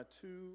two